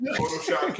Photoshop